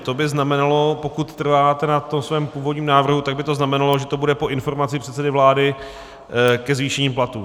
To by znamenalo, pokud trváte na svém původním návrhu, tak by to znamenalo, že to bude po informaci předsedy vlády ke zvýšení platů.